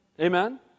amen